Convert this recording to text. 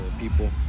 people